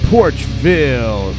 Porchville